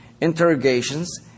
Interrogations